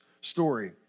story